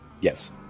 Yes